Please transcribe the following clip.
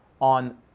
on